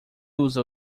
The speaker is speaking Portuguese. usa